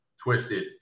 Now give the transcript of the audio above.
twisted